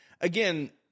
again